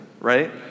right